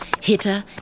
hitter